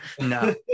No